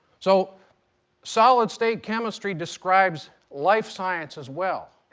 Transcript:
so solid state chemistry describes life science as well.